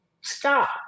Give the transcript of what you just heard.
Stop